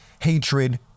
hatred